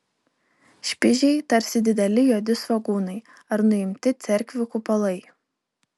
špižiai tarsi dideli juodi svogūnai ar nuimti cerkvių kupolai